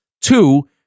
Two